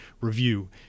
review